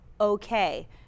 okay